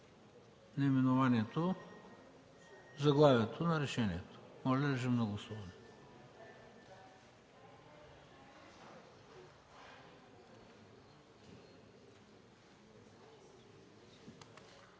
заглавието на решението.